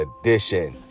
edition